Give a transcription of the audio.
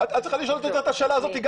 את צריכה לשאול אותה את השאלה הזאת.